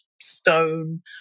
stone